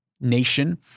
nation